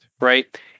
right